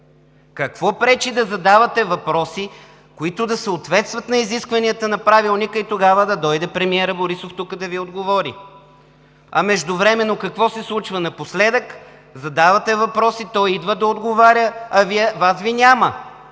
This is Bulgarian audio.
Какво пречи да задавате въпроси, които да съответстват на изискванията на Правилника и тогава да дойде премиерът Борисов тук да Ви отговори? А междувременно, какво се случва напоследък? Задавате въпроси, той идва да отговоря, а Вас Ви няма